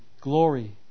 glory